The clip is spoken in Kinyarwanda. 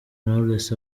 knowless